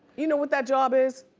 you know what that job is?